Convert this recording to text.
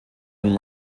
and